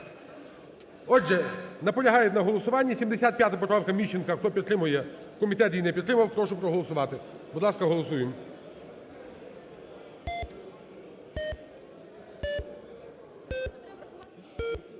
Отже, наполягають на голосуванні. 75 поправка Міщенка, хто підтримує? Комітет її не підтримав. Прошу проголосувати. Будь ласка, голосуємо.